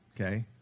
Okay